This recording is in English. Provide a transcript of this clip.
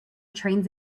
trains